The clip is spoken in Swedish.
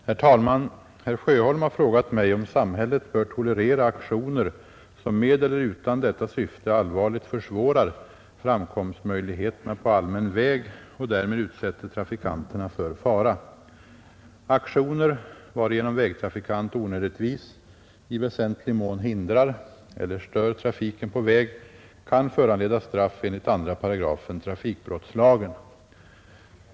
Herr talman! Herr Sjöholm har frågat mig om samhället bör tolerera aktioner, som oavsett syftet allvarligt försvårar framkomstmöjligheterna på allmän väg och därmed utsätter trafikanterna för fara. Aktioner varigenom vägtrafikant onödigtvis i väsentlig mån hindrar eller stör trafiken på väg kan föranleda straff enligt 2 § trafikbrottslagen.